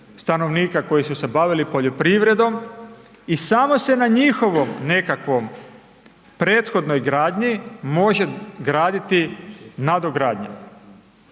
stanovnika koji su se bavili poljoprivredom i samo se na njihovoj prethodnoj gradnji može graditi nadogradnja.